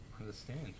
understand